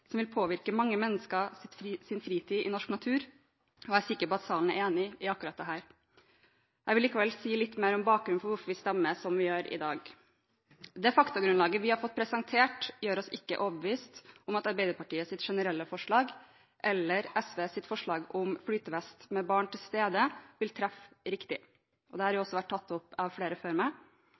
som vil påvirke mange menneskers fritid i norsk natur. Jeg er sikker på at salen er enig i akkurat dette. Jeg vil likevel si litt mer om bakgrunnen for hvorfor vi stemmer som vi gjør i dag. Det faktagrunnlaget vi har fått presentert, gjør oss ikke overbevist om at det generelle forslaget fra Arbeiderpartiet, Kristelig Folkeparti, Senterpartiet og Venstre eller SVs forslag om «flytevest i fritidsbåter der det er barn i båten» vil treffe riktig. Dette har vært tatt opp av flere før meg.